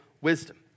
wisdom